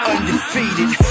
Undefeated